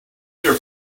here